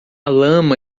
lama